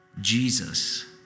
Jesus